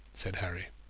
said harry.